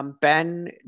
Ben